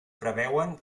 preveuen